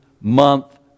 month